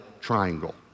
triangle